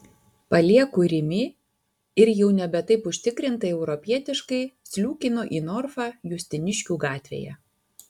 palieku rimi ir jau nebe taip užtikrintai europietiškai sliūkinu į norfą justiniškių gatvėje